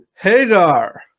Hagar